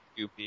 goopy